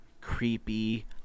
creepy